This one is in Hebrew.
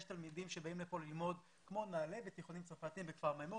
יש תלמידים שבאים ללמוד כאן כמו נעל"ה ותיכוניים צרפתים בכפר מימון,